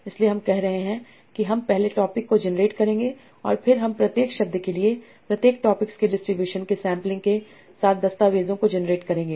इसलिए हम कह रहे हैं कि हम पहले टॉपिक को जेनेरेट करेंगे और फिर हम प्रत्येक शब्द के लिए प्रत्येक टॉपिक्स के डिस्ट्रीब्यूशन के सैंपलिंग के साथ दस्तावेजों को जेनेरेट करेंगे